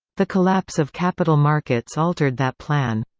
the collapse of capital markets altered that plan.